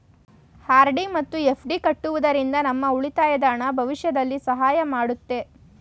RD ಮತ್ತು FD ಕಟ್ಟುವುದರಿಂದ ನಮ್ಮ ಉಳಿತಾಯದ ಹಣ ಭವಿಷ್ಯದಲ್ಲಿ ಸಹಾಯ ಮಾಡುತ್ತೆ